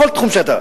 בכל תחום שהוא.